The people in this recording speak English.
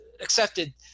accepted